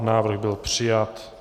Návrh byl přijat.